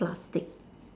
plastic